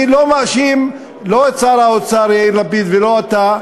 אני לא מאשים, לא את שר האוצר יאיר לפיד ולא אותך,